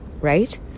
right